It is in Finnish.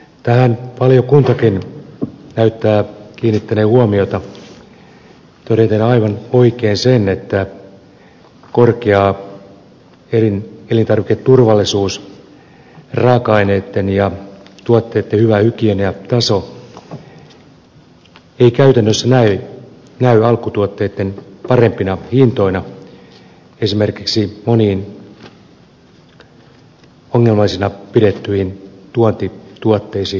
tähän valiokuntakin näyttää kiinnittäneen huomiota todeten aivan oikein sen että korkea elintarviketurvallisuus raaka aineitten ja tuotteitten hyvä hygieniataso ei käytännössä näy alkutuotteitten parempina hintoina esimerkiksi moniongelmaisina pidettyihin tuontituotteisiin verrattuna